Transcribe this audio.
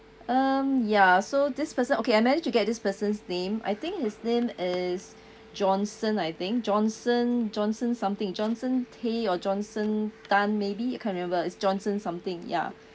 um ya so this person okay I managed to get this person's name I think his name is johnson I think johnson johnson something johnson tay or johnson tan maybe I can't remember it's johnson something ya